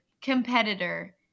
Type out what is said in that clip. competitor